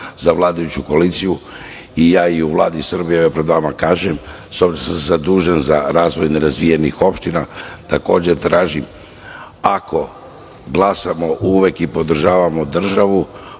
za vladajuću koaliciju. I ja i u Vladi Srbije, evo, pred vama kažem, s obzirom da sam zadužen za razvoj nerazvijenih opština, takođe tražim, ako glasamo uvek i podržavamo državu,